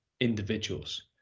individuals